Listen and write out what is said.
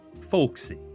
folksy